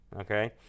okay